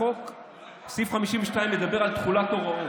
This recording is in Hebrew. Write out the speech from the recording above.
סעיף 52ב מדבר על תחולת הוראות.